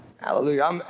Hallelujah